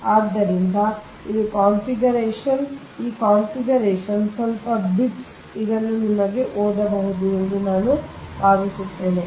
ಆದ್ದರಿಂದ ಇದು ಕಾನ್ಫಿಗರೇಶನ್ ಈ ಕಾನ್ಫಿಗರೇಶನ್ ಸ್ವಲ್ಪ ಬಿಟ್ಗಳು ಇದನ್ನು ನಿಮಗೆ ಓದಬಹುದು ಎಂದು ನಾನು ಭಾವಿಸುತ್ತೇನೆ